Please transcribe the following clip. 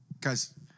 guys